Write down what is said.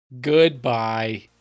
Goodbye